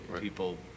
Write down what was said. People